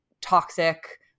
toxic